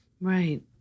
Right